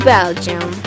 Belgium